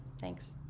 thanks